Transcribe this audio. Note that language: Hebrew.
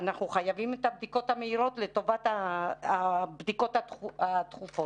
אנחנו חייבים את הבדיקות המהירות לטובת הבדיקות הדחופות.